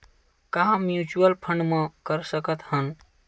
का mutual fund म कर सकत हन?